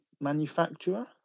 manufacturer